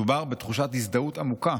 מדובר בתחושת הזדהות עמוקה,